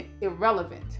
irrelevant